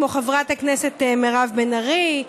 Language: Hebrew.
כמו חברת הכנסת מירב בן ארי,